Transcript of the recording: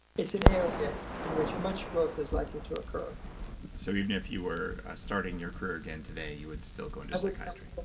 it's an area in which much growth is likely to occur so even if you were starting your career again today you would still go in to psychiatry?